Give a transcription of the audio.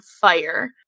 fire